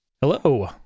Hello